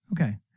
Okay